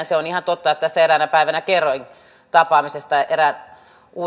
se on ihan totta tässä eräänä päivänä kerroin tapaamisesta erään